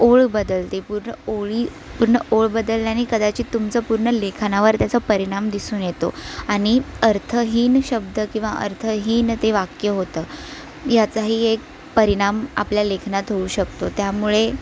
ओळ बदलते पूर्ण ओळी पूर्ण ओळ बदलल्याने कदाचित तुमचं पूर्ण लिखाणावर त्याचा परिणाम दिसून येतो आणि अर्थहीन शब्द किंवा अर्थहीन ते वाक्य होतं याचाही एक परिणाम आपल्या लेखनात होऊ शकतो त्यामुळे